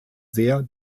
sehr